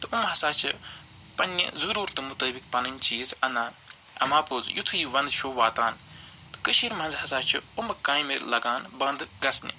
تہٕ یِم ہَسا چھِ پنٛنہِ ضُروٗرتہٕ مطٲبِق پنٕنۍ چیٖز اَنان اَما پوٚز یُتھٕے یہِ ونٛدٕ چھُ واتان کٔشیٖرِ منٛز ہَسا چھِ یِمہٕ کامہِ لگان بنٛد گژھنہِ